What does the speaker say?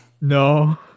no